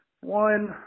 one